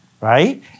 right